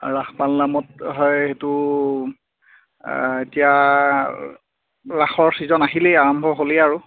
আৰু ৰাস পাল নামত হয় সেইটো এতিয়া ৰাসৰ চিজন আহিলেই আৰম্ভ হ'লেই আৰু